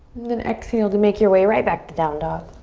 then exhale to make your way right back to down dog.